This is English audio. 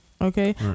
Okay